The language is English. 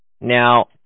Now